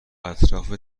اطراف